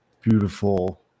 beautiful